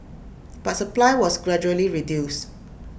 but supply was gradually reduced